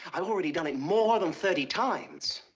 i've already done it more than thirty times.